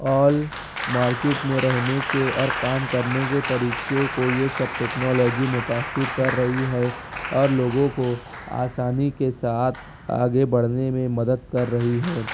آل market میں رہنے کے اور کام کرنے کے طریقے کو یہ سب ٹکنالوجی متاثر کر رہی ہے اور لوگوں کو آسانی کے ساتھ آگے بڑھنے میں مدد کر رہی ہے